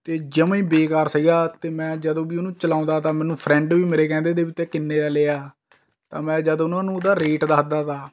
ਅਤੇ ਜਮ੍ਹਾਂ ਹੀ ਬੇਕਾਰ ਸੀਗਾ ਅਤੇ ਮੈਂ ਜਦੋਂ ਵੀ ਉਹਨੂੰ ਚਲਾਉਂਦਾ ਤਾਂ ਮੈਨੂੰ ਫਰੈਂਡ ਵੀ ਮੇਰੇ ਕਹਿੰਦੇ ਤੇ ਬੀ ਤੈਂ ਕਿੰਨੇ ਦਾ ਲਿਆ ਤਾਂ ਮੈਂ ਜਦ ਉਹਨਾਂ ਨੂੰ ਉਹਦਾ ਰੇਟ ਦੱਸਦਾ ਤਾ